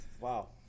Wow